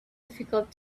difficult